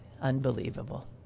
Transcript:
Unbelievable